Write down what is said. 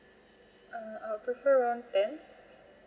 err I prefer around ten